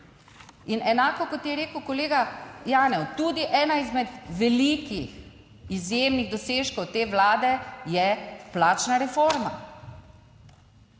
in enako, kot je rekel kolega Janev, tudi ena izmed velikih izjemnih dosežkov te Vlade je plačna reforma.